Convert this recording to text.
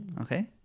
Okay